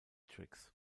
tricks